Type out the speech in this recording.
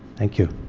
thank you.